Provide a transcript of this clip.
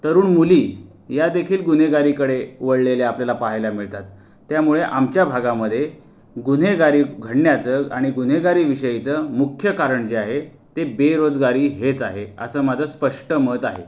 तरुण मुली यादेखील गुन्हेगारीकडे वळलेल्या आपल्याला पाहायला मिळतात त्यामुळे आमच्या भागामध्ये गुन्हेगारी घडण्याचं आणि गुन्हेगारीविषयीचं मुख्य कारण जे आहे ते बेरोजगारी हेच आहे असं माझं स्पष्ट मत आहे